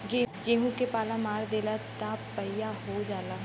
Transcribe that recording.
गेंहू के पाला मार देला त पइया हो जाला